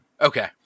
Okay